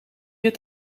het